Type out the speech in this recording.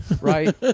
Right